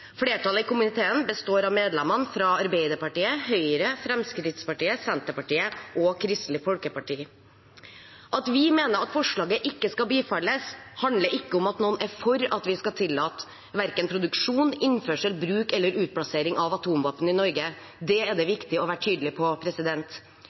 Flertallet i komiteen består av medlemmene fra Arbeiderpartiet, Høyre, Fremskrittspartiet, Senterpartiet og Kristelig Folkeparti. At vi mener at forslaget ikke skal bifalles, handler ikke om at noen er for at vi skal tillate produksjon, innførsel, bruk eller utplassering av atomvåpen i Norge. Det er det